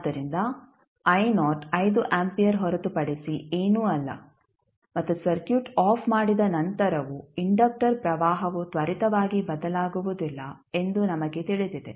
ಆದ್ದರಿಂದ 5 ಆಂಪಿಯರ್ ಹೊರತುಪಡಿಸಿ ಏನೂ ಅಲ್ಲ ಮತ್ತು ಸರ್ಕ್ಯೂಟ್ ಆಫ್ ಮಾಡಿದ ನಂತರವೂ ಇಂಡಕ್ಟರ್ ಪ್ರವಾಹವು ತ್ವರಿತವಾಗಿ ಬದಲಾಗುವುದಿಲ್ಲ ಎಂದು ನಮಗೆ ತಿಳಿದಿದೆ